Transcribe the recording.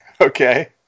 Okay